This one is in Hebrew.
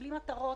בלי מטרות?